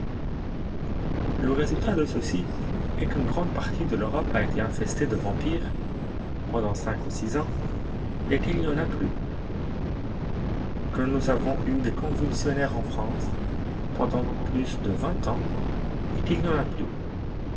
le résultat de ceci est qu'une grande partie de l'europe a été infestée de vampires pendant cinq ou six ans et qu'il n'y en a plus que nous avons eu des convulsionnaires en france pendant plus de vingt ans et qu'il n'y en a plus